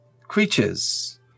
creatures